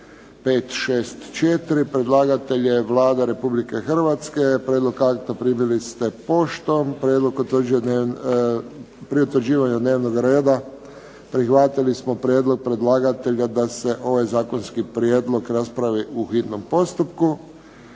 564 Predlagatelj je Vlada Republike Hrvatske. Prijedlog akta primili ste poštom. Pri utvrđivanju dnevnog reda prihvatili smo prijedlog predlagatelja da se ovaj zakonski prijedlog raspravi po hitnom postupku.